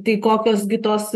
tai kokios gi tos